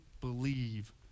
believe